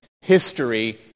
history